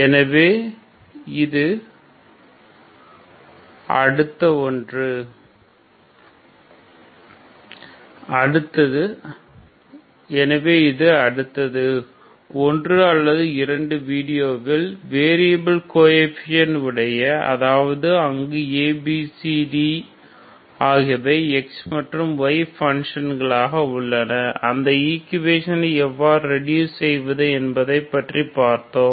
எனவே இது அடுத்தது ஒன்று அல்லது இரண்டு வீடியோவில் வேரியபில் கோஎஃபீஷியன்ட் உடைய அதாவது அங்கு ABCD ஆகியவை x மற்றும் y ஃபங்ஷன் களாக உள்ளன அந்தக் ஈக்குவேஷன்களை எவ்வாறு ரெடூஸ் செய்வது என்பதை பற்றி பார்ப்போம்